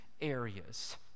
areas